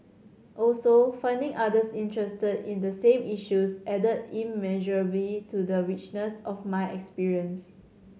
also finding others interested in the same issues added immeasurably to the richness of my experience